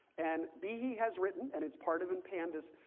and behe has written, and it's part of in pandas,